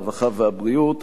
הרווחה והבריאות.